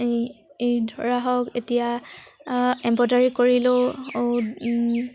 এই এই ধৰা হওক এতিয়া এম্ব্ৰইডাৰী কৰিলেও